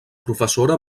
professora